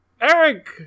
Eric